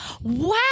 wow